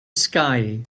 sky